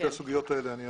אני אענה לשתי הסוגיות האלה.